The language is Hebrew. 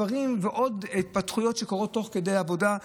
דברים והתפתחויות שקורים תוך כדי עבודה.